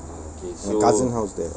my cousin house there